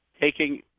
taking